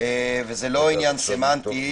וזה לא עניין סמנטי,